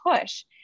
push